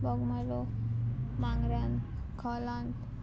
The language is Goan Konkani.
बोगमालो माग्रांत खोलांत